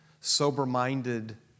sober-minded